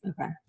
Okay